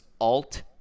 alt